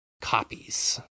copies